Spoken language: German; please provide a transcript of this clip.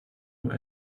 nur